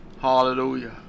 Hallelujah